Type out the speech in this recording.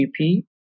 GP